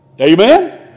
Amen